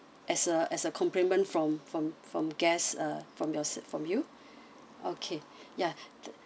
as a as a compliment from from from guests uh from your from you okay ya